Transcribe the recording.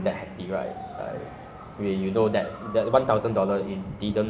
uh lost and found place lah then they they can go and find by themself ah